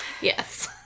yes